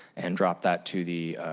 and dropped that to the